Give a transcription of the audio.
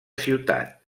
ciutat